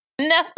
No